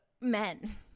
men